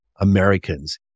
Americans